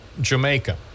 Jamaica